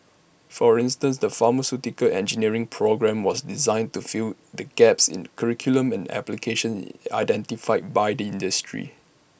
for instance the pharmaceutical engineering programme was designed to fill the gaps in curriculum and application identified by the industry